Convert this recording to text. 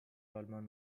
آلمان